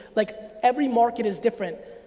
like every market is different.